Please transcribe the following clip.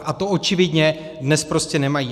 A to očividně dnes prostě nemají.